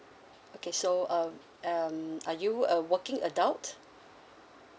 okay so um um are you a working adult